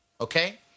okay